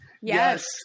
yes